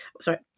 Sorry